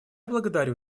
благодарю